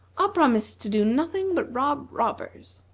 i'll promise to do nothing but rob robbers.